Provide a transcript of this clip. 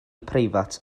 preifat